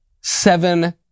Seven